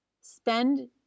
Spend